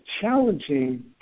challenging